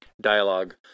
dialogue